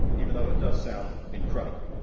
even though it does sound incredible.